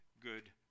good